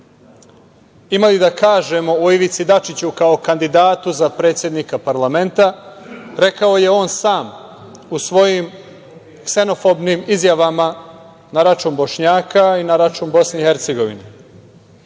imali da kažemo o Ivici Dačiću kao kandidatu za predsednika parlamenta rekao je on sam u svojim ksenofobnim izjavama na račun Bošnjaka i na račun Bosne i Hercegovine.